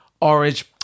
orange